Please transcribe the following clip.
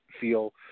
feel